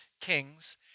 kings